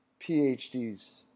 PhDs